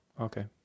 Okay